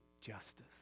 justice